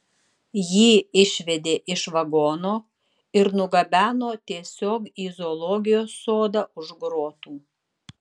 jį išvedė iš vagono ir nugabeno tiesiog į zoologijos sodą už grotų